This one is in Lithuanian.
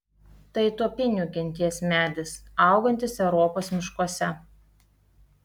tai tuopinių genties medis augantis europos miškuose